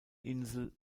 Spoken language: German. insel